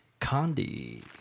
condi